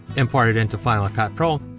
import it into final cut pro,